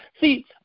See